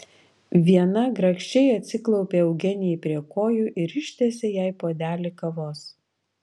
viena grakščiai atsiklaupė eugenijai prie kojų ir ištiesė jai puodelį kavos